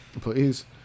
please